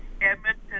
Edmonton